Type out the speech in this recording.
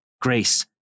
grace